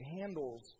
handles